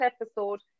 episode